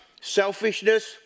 selfishness